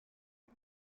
lui